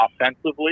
offensively